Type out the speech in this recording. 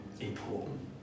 important